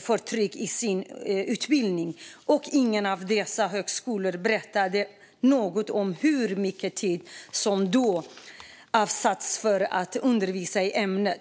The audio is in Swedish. förtryck i sin utbildning. Och ingen av dessa högskolor berättade något om hur mycket tid som då avsattes för att undervisa i ämnet.